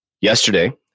Yesterday